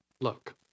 Look